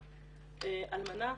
אלמנה.